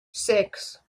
six